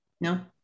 No